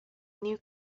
new